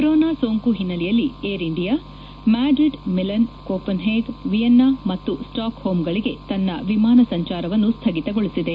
corona ಸೋಂಕು ಹಿನ್ನೆಲೆಯಲ್ಲಿ Air India Madrid Milan Copenhagen Vienna ಮತ್ತು ಸ್ಟಾಕ್ ಹೋಮ್ಗಳಿಗೆ ತನ್ನ ವಿಮಾನ ಸಂಚಾರವನ್ನು ಸ್ಥಗಿತಗೊಳಿಸಿದೆ